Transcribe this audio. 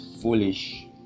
foolish